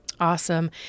Awesome